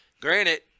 granted